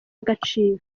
agaciro